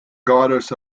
goddess